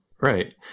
right